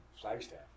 Flagstaff